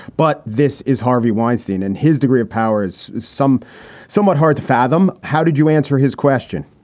but this is harvey weinstein and his degree of power is some somewhat hard to fathom. how did you answer his question?